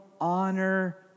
honor